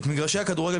את מגרשי הכדורגל,